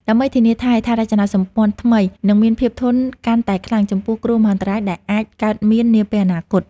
ដើម្បីធានាថាហេដ្ឋារចនាសម្ព័ន្ធថ្មីនឹងមានភាពធន់កាន់តែខ្លាំងចំពោះគ្រោះមហន្តរាយដែលអាចកើតមាននាពេលអនាគត។